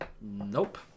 Nope